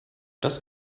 das